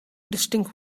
distinct